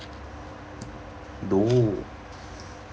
oh